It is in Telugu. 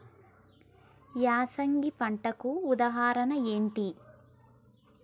యాసంగి పంటలకు ఉదాహరణ ఏంటి?